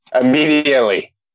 immediately